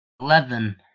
Eleven